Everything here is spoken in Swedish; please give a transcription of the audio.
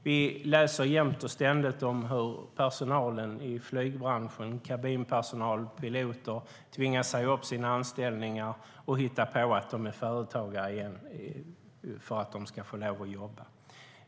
Vi läser jämt och ständigt om hur personal i flygbranschen, kabinpersonal och piloter, tvingas säga upp sina anställningar och hitta på att de är företagare för att de ska få lov att jobba.